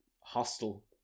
hostile